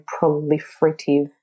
proliferative